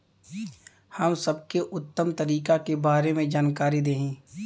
हम सबके उत्तम तरीका के बारे में जानकारी देही?